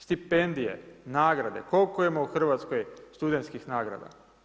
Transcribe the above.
Stipendije, nagrade, koliko ima u Hrvatskoj studentskih nagrada?